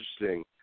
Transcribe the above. interesting